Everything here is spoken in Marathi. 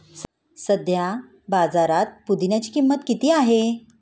सध्या बाजारात पुदिन्याची किंमत किती आहे?